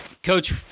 Coach